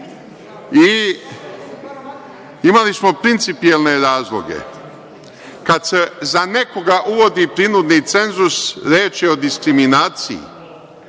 verske. Imali smo principijelne razloge kada se za nekoga uvodi prinudni cenzus, reče je o diskriminaciji.